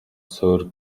суурь